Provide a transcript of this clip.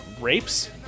Rapes